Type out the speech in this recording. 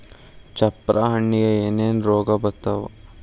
ಚಪ್ರ ಹಣ್ಣಿಗೆ ಏನೇನ್ ರೋಗ ಬರ್ತಾವ?